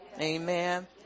Amen